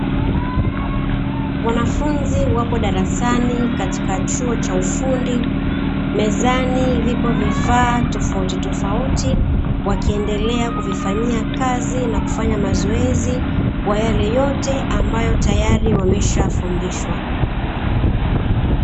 Wanafunzi wapo darasani katika chuo cha ufundi, mezani vipo vifaa tofautitofauti, wakiendelea kuvifanyia kazi na kufanya mazoezi kwa yale yote ambayo tayari wameshafundishwa.